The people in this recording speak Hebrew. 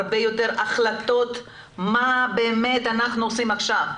הרבה יותר החלטות מה באמת אנחנו עושים עכשיו,